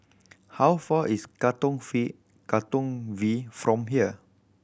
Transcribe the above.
how far is Katong Katong V from here